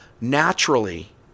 naturally